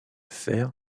fer